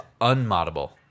unmoddable